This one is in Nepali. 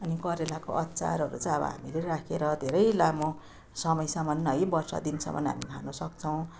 अनि करेलाको अचारहरू चाहिँ अब हामीले राखेर धेरै लामो समयसम्म है वर्ष दिनसम्म हामी खान सक्छौँ